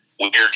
weird